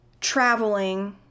traveling